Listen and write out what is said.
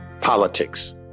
Politics